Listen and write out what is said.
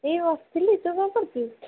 ଏଇ ବସିଥିଲି ତୁ କ'ଣ କରୁଛୁ